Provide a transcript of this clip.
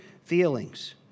Feelings